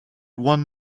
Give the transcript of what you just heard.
one